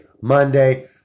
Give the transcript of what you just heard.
Monday